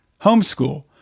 Homeschool